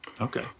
Okay